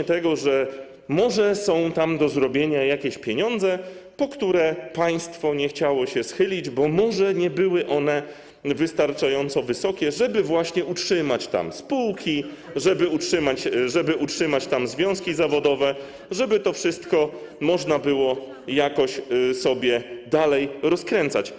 imię tego, że może są tam do zrobienia jakieś pieniądze, po które państwo nie chciało się schylić, bo może nie były one wystarczająco duże, żeby utrzymać tam spółki, związki zawodowe, żeby to wszystko można było jakoś dalej rozkręcać.